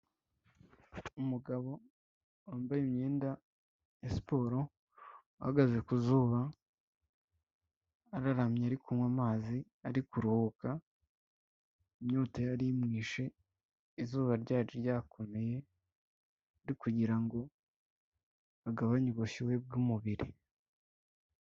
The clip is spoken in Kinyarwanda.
Umugabo wambaye imyenda ya siporo, uhagaze ku zuba araramye ari kunywa amazi ari kuruhuka, inyota yarimwishe izuba ryari ryakomeye ari kugira ngo agabanye ubushyuhe bw'umubiri.